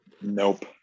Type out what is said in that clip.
Nope